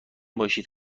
باشید